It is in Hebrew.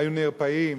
היו נרפאים,